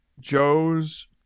Joe's